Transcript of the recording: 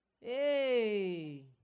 hey